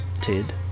Tid